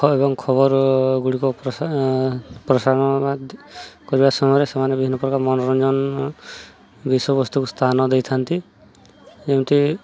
ଏବଂ ଖବରଗୁଡ଼ିକ ପ୍ରସାରଣ କରିବା ସମୟରେ ସେମାନେ ବିଭିନ୍ନ ପ୍ରକାର ମନୋରଞ୍ଜନ ବିଷୟବସ୍ତୁକୁ ସ୍ଥାନ ଦେଇଥାନ୍ତି ଏମିତି